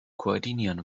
koordinieren